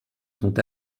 sont